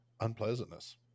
unpleasantness